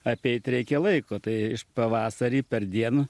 apeit reikia laiko tai pavasarį per dien